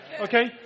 Okay